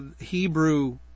Hebrew